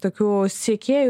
tokių sekėjų